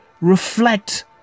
reflect